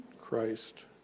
Christ